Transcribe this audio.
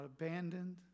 abandoned